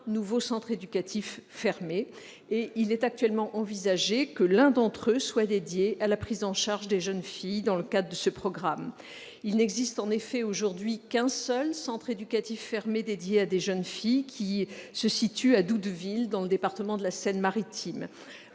nouveaux centres éducatifs fermés, et il est actuellement envisagé que l'un d'entre eux soit dédié à la prise en charge des jeunes filles. Il n'existe en effet aujourd'hui qu'un seul centre éducatif fermé dédié à des jeunes filles ; il se situe à Doudeville, dans le département de la Seine-Maritime.